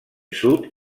sud